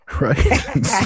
Right